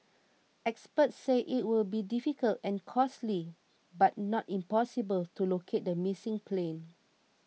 experts say it will be difficult and costly but not impossible to locate the missing plane